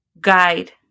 guide